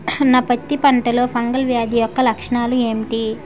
నా పత్తి పంటలో ఫంగల్ వ్యాధి యెక్క లక్షణాలు ఏంటి?